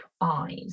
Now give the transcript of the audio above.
eyes